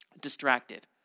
distracted